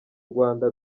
rwanda